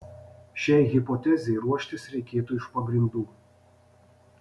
šiai hipotezei ruoštis reikėtų iš pagrindų